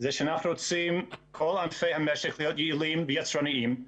היא שאנחנו רוצים שכל ענפי המשק יהיו יעילים ויצרניים.